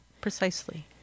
precisely